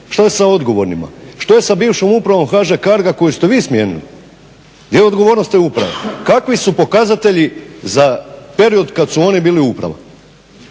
Što je sa odgovornima? Što je sa bivšom upravom HŽ Carga koju ste vi smijenili? Gdje je odgovornost te uprave? Kakvi su pokazatelji za period kad su oni bili uprava?